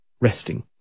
resting